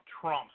Trump